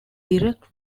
direct